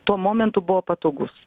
tuo momentu buvo patogus